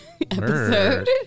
episode